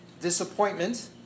disappointment